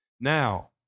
Now